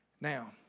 Now